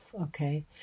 okay